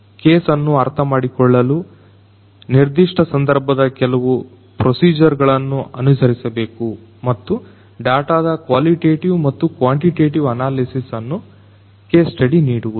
ಕೇಸನ್ನು ಅರ್ಥಮಾಡಿಕೊಳ್ಳಲು ನಿರ್ದಿಷ್ಟ ಸಂದರ್ಭದ ಕೆಲವು ಪ್ರೊಸೀಜರ್ ಗಳನ್ನು ಅನುಸರಿಸಬೇಕು ಮತ್ತು ಡಾಟಾದ ಕ್ವಾಲಿಟೇಟಿವ್ ಮತ್ತು ಕ್ವಾಂಟಿಟೇಟಿವ್ ಅನಾಲಿಸಿಸ್ ಅನ್ನು ಕೇಸ್ ಸ್ಟಡಿ ನೀಡುವುದು